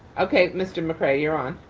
okay, mr. mccray, you're on.